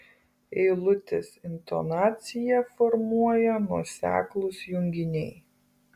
eilutės intonaciją formuoja nuoseklūs junginiai